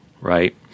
Right